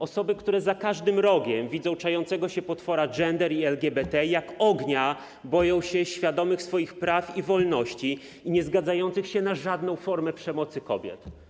Osoby, które za każdym rogiem widzą czającego się potwora gender i LGBT i jak ognia boją się świadomych swoich praw i wolności niezgadzających się na żadną formę przemocy kobiet.